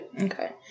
Okay